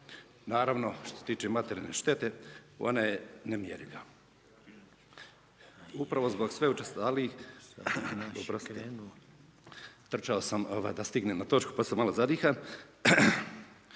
Naravno, što se tiče materijalne štete, ona je nemjerljiva. Upravo zbog sve učestalijih, oprostite, trčao sam da stignem na točku pa sam malo zadihan.